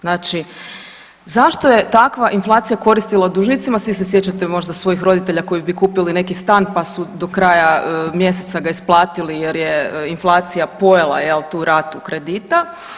Znači, zašto je takva inflacija koristila dužnicima, svi se sjećate možda svojih roditelja koji bi kupili neki stan, pa su do kraja mjeseca ga isplatili jer je inflacija pojela jel tu ratu kredita?